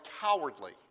cowardly